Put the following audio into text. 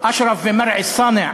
אשרף ומרעי אלסאנע